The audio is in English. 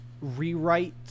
rewrite